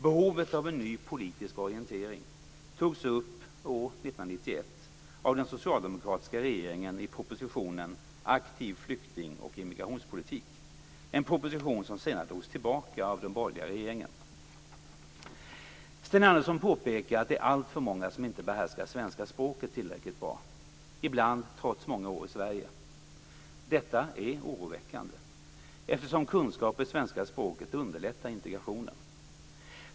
Behovet av en ny politisk orientering togs upp år 1991 av den socialdemokratiska regeringen i propositionen Aktiv flykting och immigrationspolitik, en proposition som senare drogs tillbaka av den borgerliga regeringen. Sten Andersson påpekar att det är alltför många som inte behärskar svenska språket tillräckligt bra, ibland trots många år i Sverige. Detta är oroväckande, eftersom kunskaper i svenska språket underlättar integrationen.